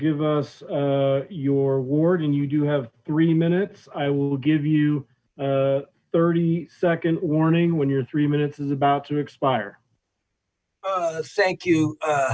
give us your award and you do have three minutes i will give you thirty second warning when you're three minutes is about to expire thank you u